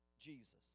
Jesus